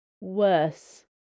Worse